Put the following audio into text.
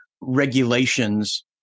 regulations